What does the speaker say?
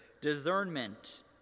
discernment